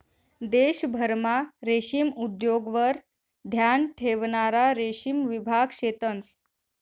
देशभरमा रेशीम उद्योगवर ध्यान ठेवणारा रेशीम विभाग शेतंस